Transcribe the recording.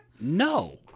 No